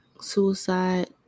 suicide